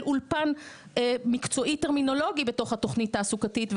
אולפן מקצועי טרמינולוגי בתוך התוכנית התעסוקתית,